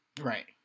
Right